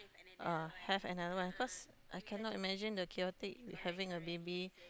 uh have another one cause I cannot imagine the chaotic we having a baby